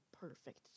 perfect